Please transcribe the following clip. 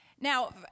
Now